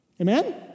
Amen